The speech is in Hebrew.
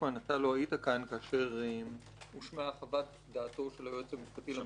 לא היית כאן כשנשמעה חוות דעתו של היועץ המשפטי לממשלה,